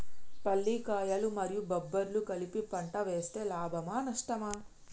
పల్లికాయలు మరియు బబ్బర్లు కలిపి పంట వేస్తే లాభమా? నష్టమా?